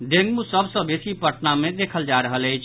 dengue सभ सँ बेसी पटना मे देखल जा रहल अछि